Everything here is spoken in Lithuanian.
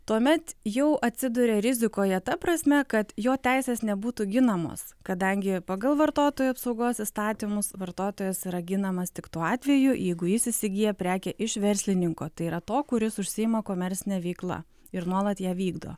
tuomet jau atsiduria rizikoje ta prasme kad jo teisės nebūtų ginamos kadangi pagal vartotojų apsaugos įstatymus vartotojas yra ginamas tik tuo atveju jeigu jis įsigyja prekę iš verslininko tai yra to kuris užsiima komercine veikla ir nuolat ją vykdo